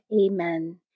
Amen